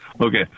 Okay